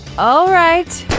alright,